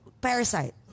Parasite